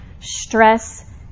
stress